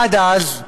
עד אז,